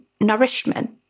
nourishment